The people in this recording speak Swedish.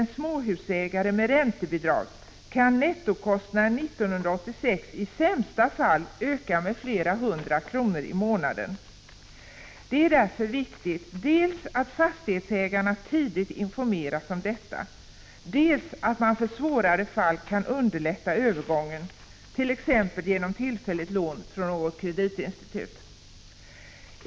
en småhusägare med räntebidrag kan nettokostnaden 1986 i sämsta fall öka med flera hundra kronor i månaden. Det är därför viktigt dels att fastighetsägarna tidigt informeras om detta, dels att man för svårare fall kan underlätta övergången, t.ex. genom tillfälligt lån från något kreditinstitut.